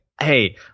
hey